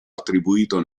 attribuito